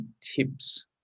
tips